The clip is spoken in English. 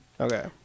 okay